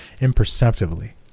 imperceptibly